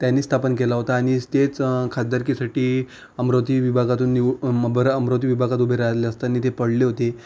त्यांनी स्थापन केला होता आणि तेच खाद्यरकीसाठी अमरावती विभागातून निवु मबरा अमरावती विभागात उभे राहिले असताना ते पडले होते